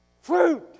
Fruit